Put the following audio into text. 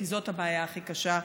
כי זאת הבעיה הכי קשה,